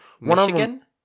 Michigan